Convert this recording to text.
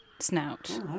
snout